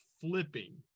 flipping